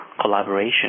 collaboration